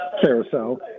carousel